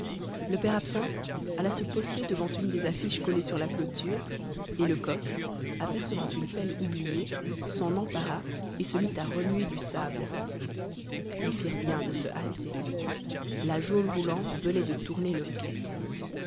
le père absinthe alla se poster devant une des affiches collées sur la clôture et lecoq apercevant une pelle oubliée s'en empara et se mit à remuer du sable ils firent bien de se hâter la geôle roulante venait de tourner le quai